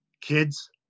kids